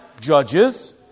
judges